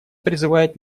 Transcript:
призывает